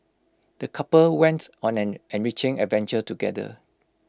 the couple wents on an enriching adventure together